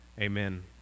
amen